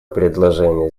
предложение